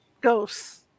ghosts